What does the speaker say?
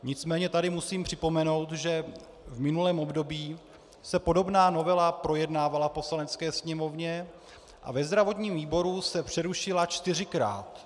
Nicméně tady musím připomenout, že v minulém období se podobná novela projednávala v Poslanecké sněmovně a ve zdravotním výboru se přerušila čtyřikrát.